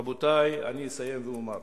רבותי, אני אסיים ואומר: